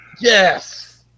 Yes